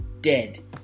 dead